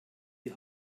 die